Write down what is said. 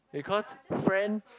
because friend